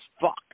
fuck